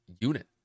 unit